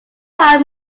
prior